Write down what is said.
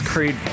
Creed